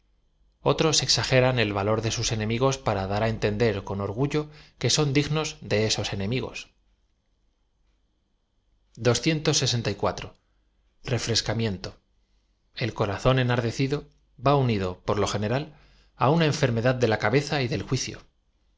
otros exageran el valor de bus enemigos para dar á entender con orgullo que r a son dignos de esos enemigos s qi r resca m itn to el corazón enardecido v a unido por lo general á nna enfermedad de la cabeza y del juicio